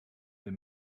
they